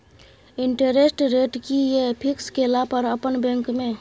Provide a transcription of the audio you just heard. Interest rate कि ये fix केला पर अपन बैंक में?